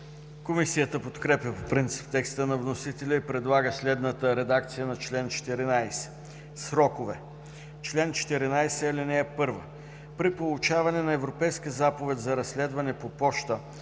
Комисията подкрепя по принцип текста на вносителя и предлага следната редакция на чл. 14: „Срокове Чл. 14. (1) При получаване на Европейска заповед за разследване по поща,